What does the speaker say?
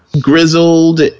grizzled